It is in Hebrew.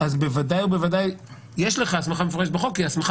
אז בוודאי ובוודאי יש לכך הסמכה מפורשת בחוק כי הסמכה